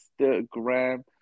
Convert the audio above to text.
Instagram